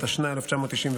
התשנ"ה 1995,